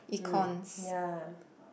mm ya